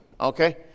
Okay